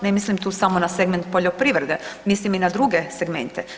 Ne mislim tu samo na segment poljoprivrede, mislim i na druge segmente.